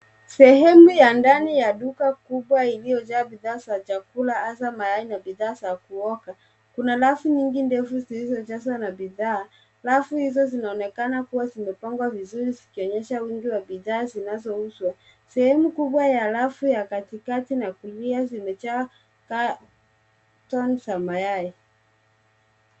Sehemu ya ndani ya duka kubwa iliyo jaa bidhaa za chakula hasa mayai na bidhaa za kuoga. Kuna rafu nyingi ndefu zilizo jazwa na bidhaa rafu hizo zinaonekana kuwa zimepangwa vizuri zikionyesha wingi wa bidhaa zinazo uzwa. Sehemu kubwa ya rafu ya katikati na kulia zimejaa carton za mayai.